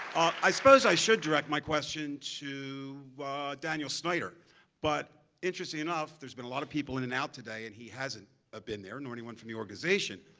i suppose i should direct my question to daniel snyder but interestingly enough there's been a lot of people in and out today and he hasn't ah been there nor anyone from the organization.